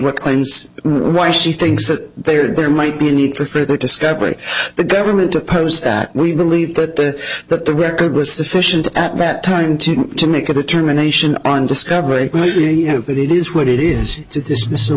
what claims why she thinks that they are there might be a need for further discovery the government oppose that we believe that the that the record was sufficient at that time to make a determination on discovery that it is what it is to dismiss